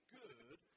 good